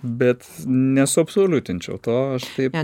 bet nesuabsoliutinčiau to aš taip